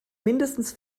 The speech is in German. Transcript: mindestens